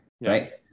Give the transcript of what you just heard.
right